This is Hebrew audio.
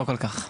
לא כל כך.